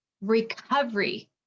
recovery